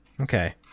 Okay